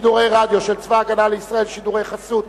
שידורי רדיו של צבא-הגנה לישראל (שידורי חסות